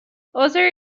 other